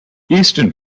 eastern